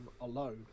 alone